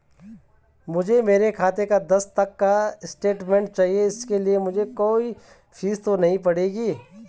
मुझे मेरे खाते का दस तक का स्टेटमेंट चाहिए इसके लिए मुझे कोई फीस तो नहीं पड़ेगी?